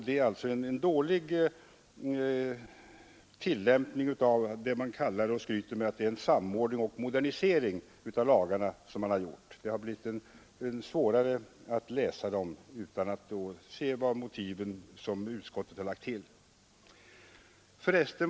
Det är alltså i själva verket en dålig samordning och modernisering av lagarna som man gjort. Resultatet har blivit att det endast är möjligt att förstå lagarnas innebörd med hjälp av motivuttalande.